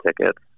tickets